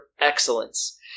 excellence